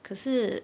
可是